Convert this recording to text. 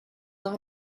are